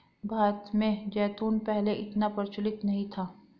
भारत में जैतून पहले इतना प्रचलित नहीं था